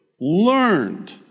learned